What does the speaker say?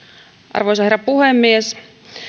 arvoisa herra puhemies